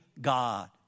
God